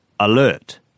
Alert